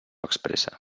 expressa